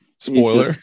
Spoiler